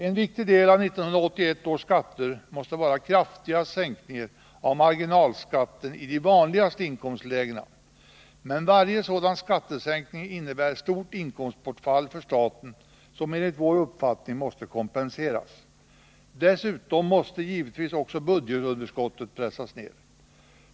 En viktig del av 1981 års skatter måste vara kraftiga sänkningar av marginalskatten i de vanligaste inkomstlägena. Men varje sådan skattesänkning innebär ett stort inkomstbortfall för staten som enligt vår uppfattning måste kompenseras. Dessutom måste givetvis också budgetunderskottet pressas ned.